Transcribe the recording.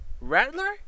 Rattler